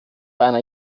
einer